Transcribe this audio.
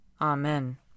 Amen